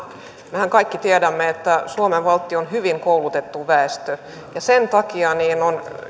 mehän kaikki tiedämme että suomen valtiossa on hyvin koulutettu väestö sen takia on